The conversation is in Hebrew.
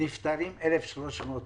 נפטרים 1,300 ניצולים.